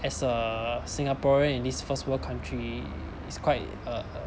as a singaporean in this first world country is quite a